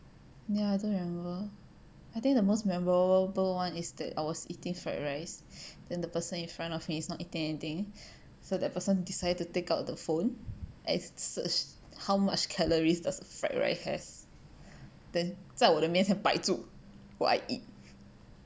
ya I don't remember I think the most memorable one is that I was eating fried rice than the person in front of me is not eating anything so that person decided to take out the phone and search how much calories does a fried rice has then 在我的面前白住 while I eat